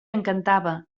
encantava